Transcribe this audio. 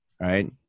Right